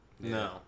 No